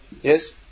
Yes